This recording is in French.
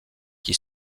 qui